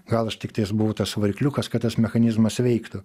gal aš tiktais buvau tas varikliukas kad tas mechanizmas veiktų